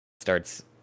starts